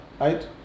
right